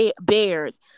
bears